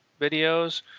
videos